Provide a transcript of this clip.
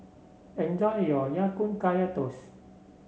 enjoy your Ya Kun Kaya Toast